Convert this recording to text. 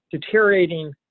deteriorating